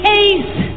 ace